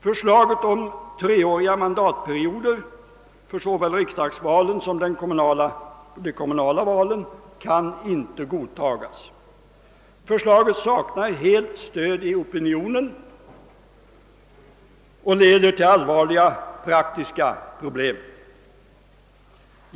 Förslaget om treåriga mandatperioder för såväl riksdagsvalen som de kommunala valen kan inte godtagas. Förslaget saknar helt stöd i opinionen och leder till allvarliga praktiska problem.